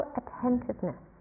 attentiveness